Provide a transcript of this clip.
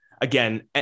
again